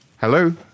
hello